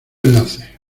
enlace